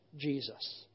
Jesus